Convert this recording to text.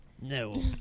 No